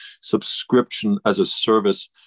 subscription-as-a-service